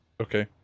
Okay